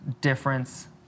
difference